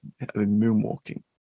moonwalking